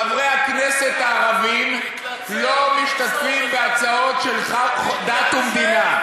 חברי הכנסת הערבים לא משתתפים בהצעות של דת ומדינה.